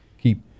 keep